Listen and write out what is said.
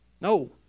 No